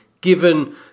given